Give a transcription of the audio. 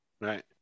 Right